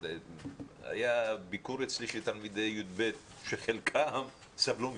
היה ביקור אצלי של תלמידי י"ב שחלקם סבלו מזה,